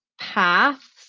paths